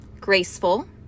graceful